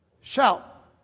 shout